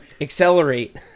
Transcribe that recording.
accelerate